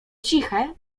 ciche